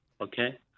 okay